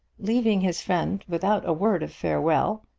leaving his friend without a word of farewell,